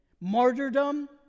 martyrdom